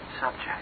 subject